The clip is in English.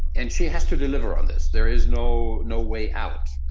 and she has to deliver on this. there is no no way out.